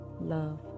love